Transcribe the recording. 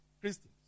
Christians